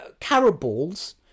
Caribals